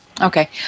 Okay